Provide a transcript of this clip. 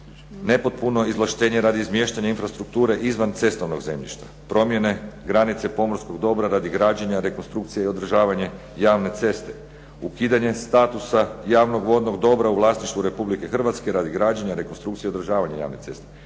Nepotpuno izvlaštenje radi izmještanja infrastrukture izvan cestovnog zemljišta, promjene granice pomorskog dobra radi građenja rekonstrukcije i održavanje javne ceste, ukidanje statusa javnog vodnog dobra u vlasništvu RH radi građenja, rekonstrukcije i održavanja javne ceste